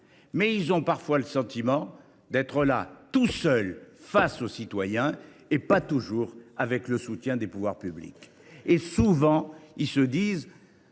mais ils ont le sentiment d’être là, tous seuls face aux citoyens, et pas toujours avec le soutien des pouvoirs publics. Très bien ! Souvent, ils se disent